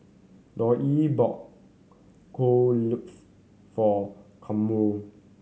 Dollye bought Kueh Lupis for Kamron